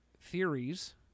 theories